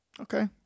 Okay